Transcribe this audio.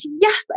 yes